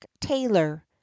Taylor